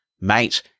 Mate